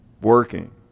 working